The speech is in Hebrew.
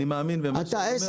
אני מאמין במה שאני אומר.